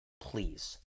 please